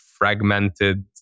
fragmented